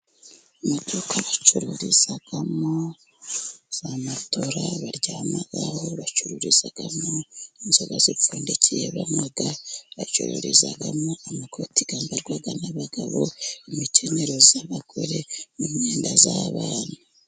Amaduka bacururizamo za matora baryamaho, bacururizamo inzoga zipfundikiye banywa, bacururizamo amakoti yambarwa n'abagabo, imikenyero y'abagore n' myenda y'abana.